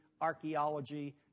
archaeology